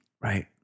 Right